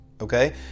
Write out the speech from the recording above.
Okay